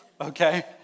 okay